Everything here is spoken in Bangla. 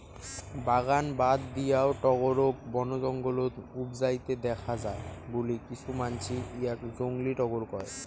বাগান বাদ দিয়াও টগরক বনজঙ্গলত উবজাইতে দ্যাখ্যা যায় বুলি কিছু মানসি ইয়াক জংলী টগর কয়